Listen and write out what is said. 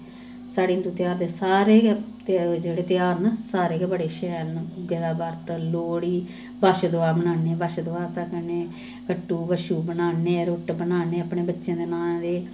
साढ़े हिन्दू तेहार दे सारे गै जेह्ड़े तेहार न सारे गै बड़े शैल न भुग्गे दा बर्त लोह्ड़ी बच्छ दुआह् मनान्नें बच्छदुआ अस आखने होन्नें कट्टू बच्छू बनान्नें रुट्ट बनान्नें अपने बच्चें दे नांऽ दे